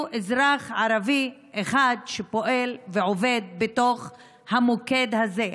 אזרח ערבי אחד שפועל ועובד בתוך המוקד הזה.